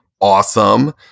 Awesome